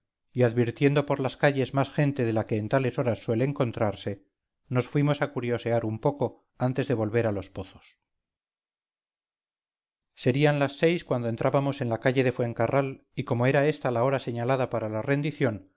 y advirtiendo por las calles más gente de la que en tales horas suele encontrarse nos fuimos a curiosear un poco antes de volver a los pozos serían las seis cuando entrábamos en la calle de fuencarral y como era esta la hora señalada para la rendición